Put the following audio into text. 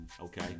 Okay